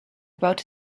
about